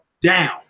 down